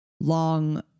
long